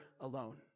alone